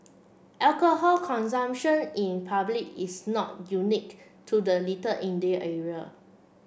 alcohol consumption in public is not unique to the Little India area